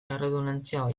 erredundantzia